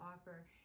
offer